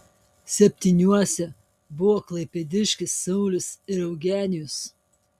septyniuose buvo klaipėdiškis saulius ir eugenijus